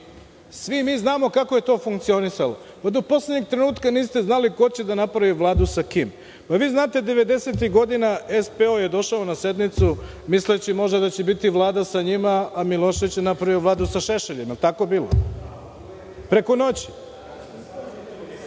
svi mi znamo kako je to funkcionisalo. Do poslednjeg trenutka niste znali ko će da napravi vladu i sa kim. Da li vi znate devedesetih godina SPO je došao na sednicu, misleći možda da će biti Vlada sa njima, a Milošević je napravio Vladu sa Šešeljem. Da li je tako bilo, preko noći.